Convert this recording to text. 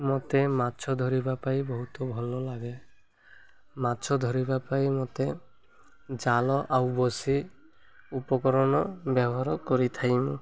ମୋତେ ମାଛ ଧରିବା ପାଇଁ ବହୁତ ଭଲ ଲାଗେ ମାଛ ଧରିବା ପାଇଁ ମୋତେ ଜାଲ ଆଉ ବସି ଉପକରଣ ବ୍ୟବହାର କରିଥାଇ ମୁଁ